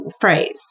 phrase